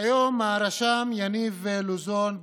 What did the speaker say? היום הרשם יניב לוזון,